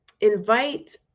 invite